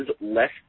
less